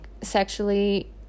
sexually